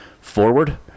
forward